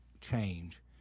change